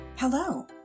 Hello